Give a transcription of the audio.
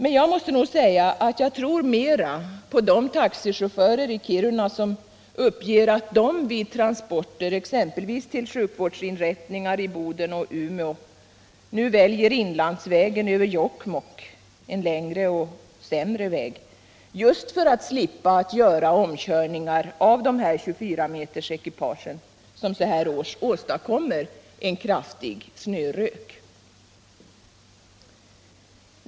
Men jag måste säga att jag tror mer på de taxichaufförer i Kiruna som uppger att de vid transporter exempelvis till sjukvårdsinrättningar i Boden och Umeå nu väljer inlandsvägen över Jokkmokk -— en längre och sämre väg — just för att slippa göra omkörningar av de här 24-metersekipagen, som så här års åstadkommer en kraftig snörök.